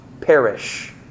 perish